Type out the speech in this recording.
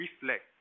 reflect